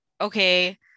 okay